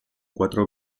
cuatro